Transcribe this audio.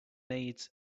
needs